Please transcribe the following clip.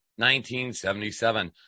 1977